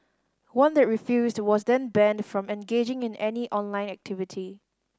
one that refused was then banned from engaging in any online activity